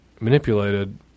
manipulated